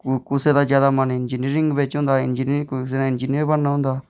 कुसै दा जादा मन इंजीनियरिंग बिच होंदा इंजीनियरिंग ते कुसै ने इंजीनियर बनना होंदा